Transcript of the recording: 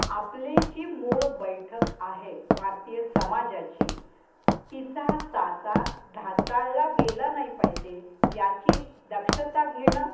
आपली जी मूळ बैठक आहे भारतीय समाजाची तिचा साचा ढाचाळला गेला नाही पाहिजे याची दक्षता घेणं